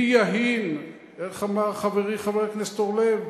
מי יהין, איך אמר חברי חבר הכנסת אורלב: